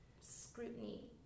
scrutiny